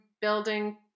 building